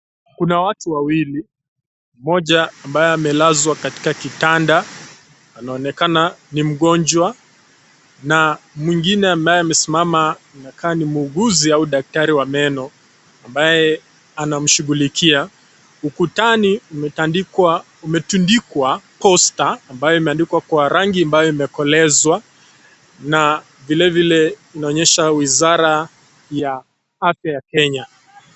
Kuna watu wawili mmoja ambaye amelazwa katika kitanda anaonekana ni mgonjwa na mwingine ambate amesimama anakaa ni muuguzi au daktari wa meno ambaye anamshughulikia ,ukutanai umetindikwa posta ambayo imeandikwa kwa rangi ambayo imekolezwa na vile vile inaonyesha wizara ya afya ya Kenya.